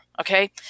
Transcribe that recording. Okay